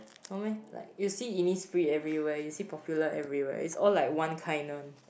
no meh like you see Innisfree everywhere you see Popular everywhere is all like one kind one